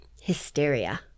hysteria